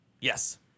Yes